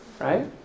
right